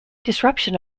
disruption